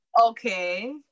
okay